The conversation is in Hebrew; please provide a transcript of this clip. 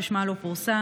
ששמה לא פורסם,